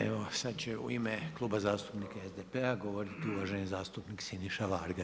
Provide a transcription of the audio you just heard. Evo sad će u ime Kluba zastupnika SDP-a govoriti uvaženi zastupnik Siniša Varga.